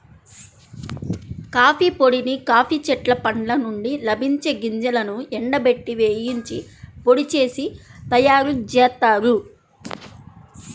coffee పొడిని coffee చెట్ల పండ్ల నుండి లభించే గింజలను ఎండబెట్టి, వేయించి పొడి చేసి తయ్యారుజేత్తారు